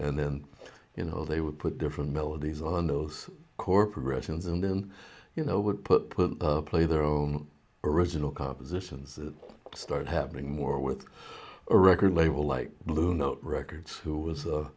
and then you know they would put different melodies on those corporations and then you know would put put play their own original compositions that started happening more with a record label like blue note records who was